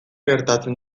gertatzen